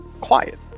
quiet